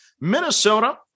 Minnesota